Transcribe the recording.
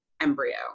embryo